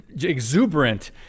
exuberant